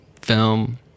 film